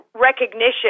recognition